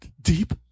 deep